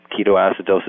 ketoacidosis